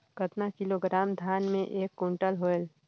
कतना किलोग्राम धान मे एक कुंटल होयल?